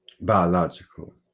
biological